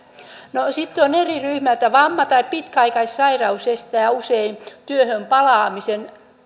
sitten ovat eri ryhmät vamma tai pitkäaikaissairaus estää usein työhön palaamisen